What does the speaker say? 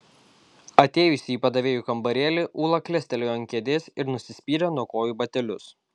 atėjusi į padavėjų kambarėlį ūla klestelėjo ant kėdės ir nusispyrė nuo kojų batelius